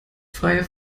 frei